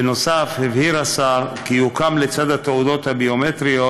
בנוסף הבהיר השר כי יוקם, לצד התעודות הביומטריות,